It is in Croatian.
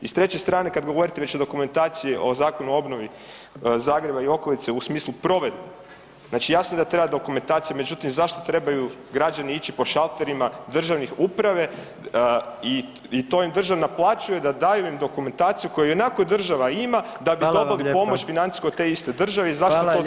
I s treće strane, kad govorite već o dokumentaciji o Zakonu o obnovi Zagreba i okolice, u smislu provedbe, znači jasno je da treba dokumentacija, međutim zašto trebaju građani ići po šalterima državne uprava i to im država naplaćuje da daju im dokumentaciju koji ionako država ima [[Upadica predsjednik: Hvala vam lijepa.]] da bi dobili pomoć financijsku od te iste države [[Upadica predsjednik: Hvala lijepa, kolega Tomašević.]] i zašto to toliko traje.